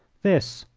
this,